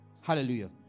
Hallelujah